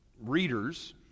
readers